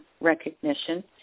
recognition